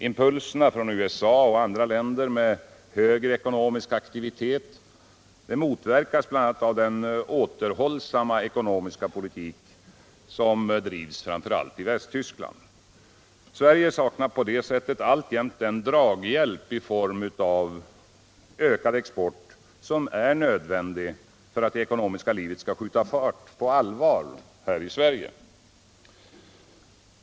Impulserna från USA och andra länder med högre ekonomisk aktivitet motverkas bl.a. av den återhållsamma ekonomiska politik som drivs framför allt i Västtyskland. Sverige saknar på så sätt alltjämt den draghjälp i form av ökad export som är nödvändig för att det ekonomiska livet skall skjuta fart på allvar här i landet.